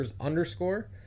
underscore